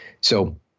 So-